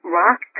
rock